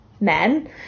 men